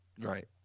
right